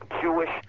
Jewish